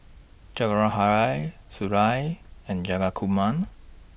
Jawaharlal Sunderlal and Jayakumar